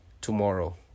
tomorrow